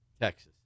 Texas